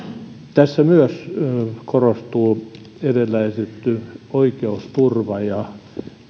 tässä myös korostuu edellä esitetty oikeusturva ja oikeusturvanäkemys